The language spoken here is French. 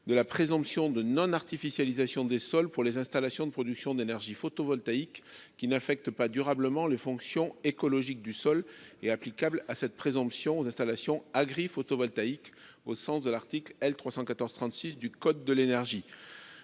de la présomption de non-artificialisation des sols pour les installations de production d'énergie photovoltaïque qui n'affecte pas durablement les fonctions écologiques du sol et applicable à cette présomption aux installations agree photovoltaïque au sens de l'article L. 314 36 du code de l'énergie.